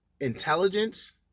intelligence